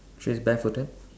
she's bare footed